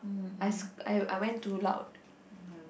I I went too loud